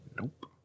Nope